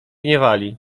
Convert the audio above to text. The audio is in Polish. gniewali